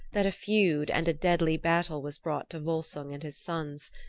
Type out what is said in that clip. that a feud and a deadly battle was brought to volsung and his sons.